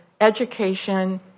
education